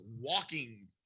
walking